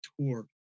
tour